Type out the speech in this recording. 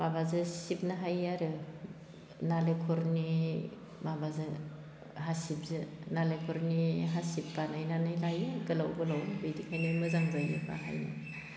माबाजो सिबनो हायो आरो नालेंखरनि माबाजो हासिबजो नालेंखरनि हासिब बानायनानै लायो गोलाव गोलाव बिनिखायनो मोजां जायो बाहायनो